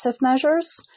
measures